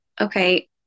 okay